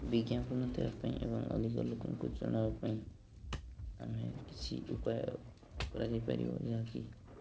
ବିଜ୍ଞାପନ ଦେବା ପାଇଁ ଏବଂ ଅଧିକ ଲୋକଙ୍କୁ ଜଣାବା ପାଇଁ ଆମେ କିଛି ଉପାୟ କରାଯାଇପାରିବ ଯାହାକି